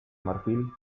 marfil